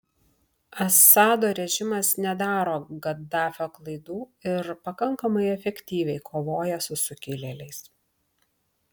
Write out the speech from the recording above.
assado režimas nedaro gaddafio klaidų ir pakankamai efektyviai kovoja su sukilėliais